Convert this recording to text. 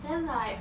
then like